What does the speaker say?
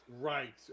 Right